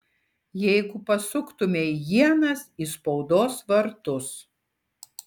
jeigu pasuktumei ienas į spaudos vartus